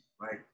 right